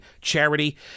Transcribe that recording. charity